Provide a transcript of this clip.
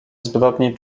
zbrodni